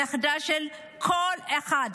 נכדה של כל אחד.